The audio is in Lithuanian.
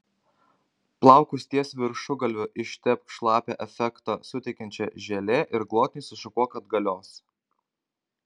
plaukus ties viršugalviu ištepk šlapią efektą suteikiančia želė ir glotniai sušukuok atgalios